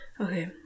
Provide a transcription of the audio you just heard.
Okay